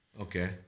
Okay